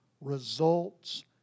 results